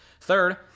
Third